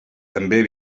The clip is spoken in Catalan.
també